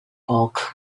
bulk